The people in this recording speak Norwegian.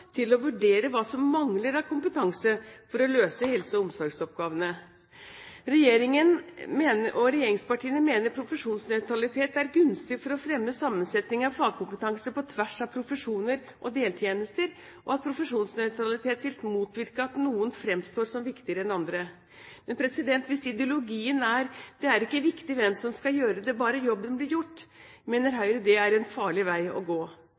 til å vurdere hva som mangler av kompetanse for å løse helse- og omsorgsoppgavene. Regjeringen og regjeringspartiene mener profesjonsnøytralitet er gunstig for å fremme sammensetningen av fagkompetanse på tvers av profesjoner og deltjenester, og at profesjonsnøytralitet vil motvirke at noen fremstår som viktigere enn andre. Hvis ideologien er at det ikke er viktig hvem som skal gjøre det, bare jobben blir gjort, mener Høyre det er en farlig vei å gå.